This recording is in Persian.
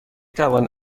توانید